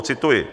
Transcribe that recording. Cituji: